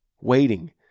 waiting